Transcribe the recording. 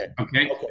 Okay